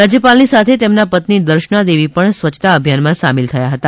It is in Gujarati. રાજ્યપાલની સાથે તેમના પત્ની દર્શનાદેવી પણ સ્વચ્છતા અભિયાનમાં સામેલ થયા હતા